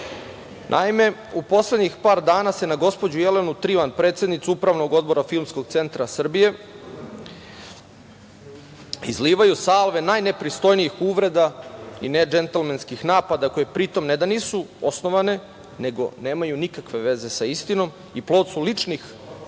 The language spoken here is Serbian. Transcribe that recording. u poslednjih par dana se na gospođu Jelenu Trivan, predsednicu Upravnog odbora Filmskog centra Srbije, izlivaju salve najnepristojnijih uvreda i nedžentlmenskih napada koji, pritom, ne da nisu osnovane, nego nemaju nikakve veze sa istinom i plod su ličnih